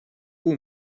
бүү